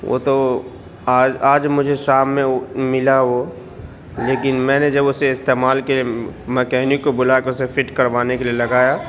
وہ تو آج آج مجھے شام میں او ملا وہ لیکن میں نے جب اسے استعمال کے میكنک کو بلا کر اس كو فٹ کروانے کے لیے لگایا